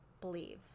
believe